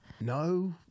No